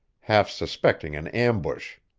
half suspecting an ambush.